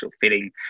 filling